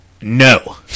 No